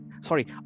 sorry